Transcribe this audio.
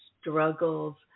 struggles